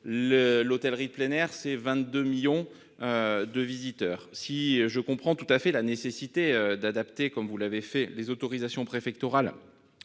L'hôtellerie de plein air, c'est 22 millions de visiteurs par an. Je comprends tout à fait la nécessité d'adapter, comme on l'a fait, les autorisations préfectorales